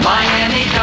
Miami